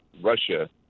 Russia